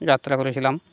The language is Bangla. যাত্রা করেছিলাম